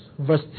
verse